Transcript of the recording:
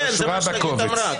זה מה ששגית אמרה.